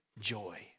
joy